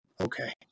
okay